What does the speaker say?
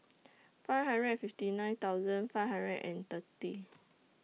five hundred and fifty nine thousand five hundred and thirty